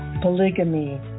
polygamy